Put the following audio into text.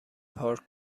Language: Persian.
پارک